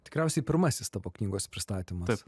tikriausiai pirmasis tavo knygos pristatymas